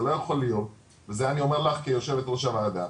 זה לא יכול להיות וזה אני אומר לך כיושבת ראש הוועדה,